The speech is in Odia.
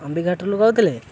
ଅମ୍ବିକା ହୋଟେଲ୍ରୁ କହୁଥିଲେ